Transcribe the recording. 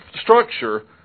structure